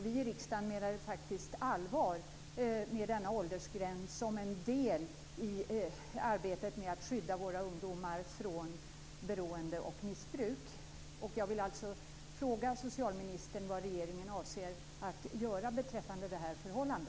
Vi i riksdagen menade faktiskt allvar med denna åldersgräns som en del i arbetet med att skydda våra ungdomar från beroende och missbruk. Jag vill alltså fråga socialministern vad regeringen avser att göra beträffande detta förhållande.